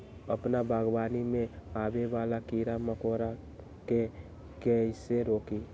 अपना बागवानी में आबे वाला किरा मकोरा के कईसे रोकी?